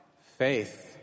faith